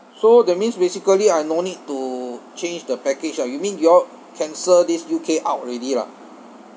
so that means basically I no need to change the package ah you mean you all cancel this U_K out already lah